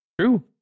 True